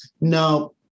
no